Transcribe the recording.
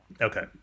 Okay